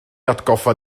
atgoffa